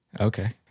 Okay